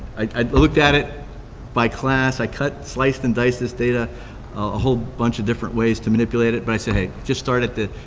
i looked at it by class, i cut, sliced and diced this data a whole bunch of different ways to manipulate it, but i said, hey, just started to,